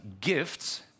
gifts